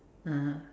(uh huh)